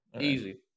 Easy